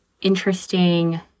interesting